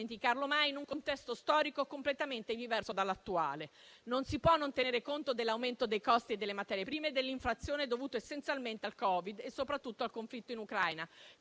dimenticarlo mai - fu scritto in un contesto storico completamente diverso dall'attuale. Non si può non tenere conto dell'aumento dei costi delle materie prime e dell'inflazione, dovuti essenzialmente al Covid e soprattutto al conflitto in Ucraina,